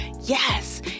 yes